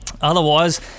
Otherwise